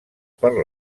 per